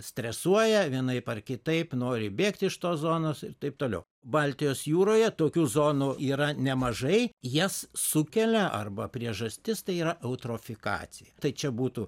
stresuoja vienaip ar kitaip nori bėgti iš tos zonos ir taip toliau baltijos jūroje tokių zonų yra nemažai jas sukelia arba priežastis tai yra eutrofikacija tai čia būtų